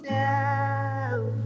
down